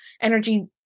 energy